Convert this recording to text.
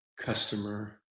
customer